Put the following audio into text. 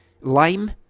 lime